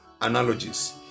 analogies